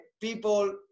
people